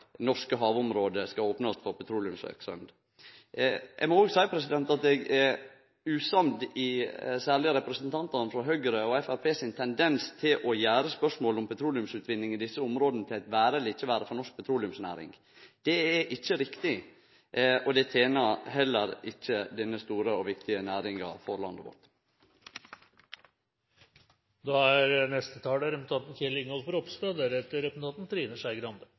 norske havområde skal opnast for petroleumsverksemd. Eg er også usamd i den tendensen særleg representantane for Høgre og Framstegspartiet har til å gjere spørsmålet om petroleumsutvinning i desse områda til eit vere eller ikkje vere for norsk petroleumsnæring. Det er ikkje riktig, og det tener heller ikkje denne store og viktige næringa for landet vårt. Oljenæringen har bidratt med enorm kompetanse, med verdiskaping og teknologi for landet vårt. Det er